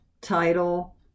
title